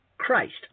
Christ